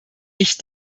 ich